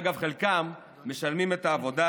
אגב, חלקם משלבים את העבודה